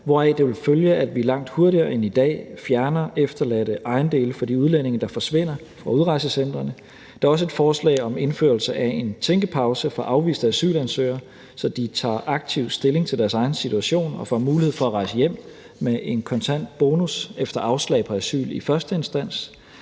hvoraf det vil følge, at vi langt hurtigere end i dag fjerner efterladte ejendele fra de udlændinge, der forsvinder fra udrejsecentrene. Der er også et forslag om indførelse af en tænkepause for afviste asylansøgere, så de tager aktivt stilling til deres egen situation og får mulighed for at rejse hjem med en kontant bonus efter afslag på asyl i første instans.